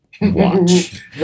watch